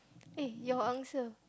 eh your answer